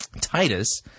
Titus